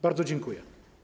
Bardzo dziękuję.